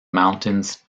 mountains